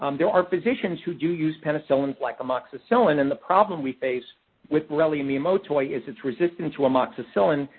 um there are physicians who do use penicillins, like amoxicillin, and the problem we face with borrelia miyamotoi is it's resistant to amoxicillin,